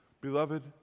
Beloved